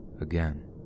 again